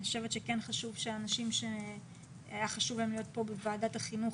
אני חושבת שכן חשוב שאנשים שהיה חשוב להם להיות כאן בוועדת החינוך,